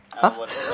!huh!